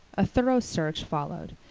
a thorough search followed.